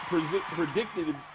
predicted